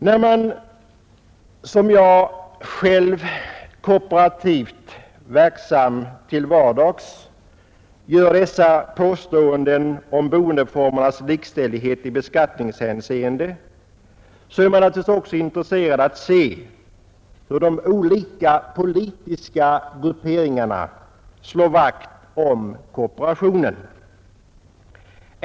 När man som jag — själv kooperativt verksam till vardags — gör dessa påpekanden om boendeformernas likställighet i beskattningshänseende, är man naturligtvis också intresserad av att se hur de olika politiska grupperingarna slår vakt om kooperationen.